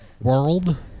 world